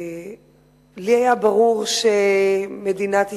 לי היה ברור שמדינת ישראל,